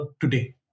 today